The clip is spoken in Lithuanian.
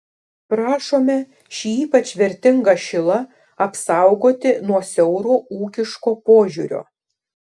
prašome šį ypač vertingą šilą apsaugoti nuo siauro ūkiško požiūrio